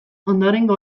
ondorengo